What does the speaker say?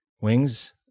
wings